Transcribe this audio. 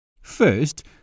First